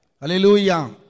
Hallelujah